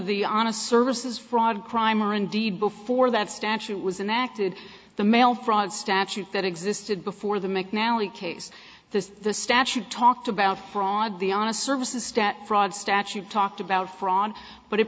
the honest services fraud crime or indeed before that statute was in acted the mail fraud statute that existed before the mcnally case that the statute talked about fraud the honest services stat fraud statute talked about fraud but it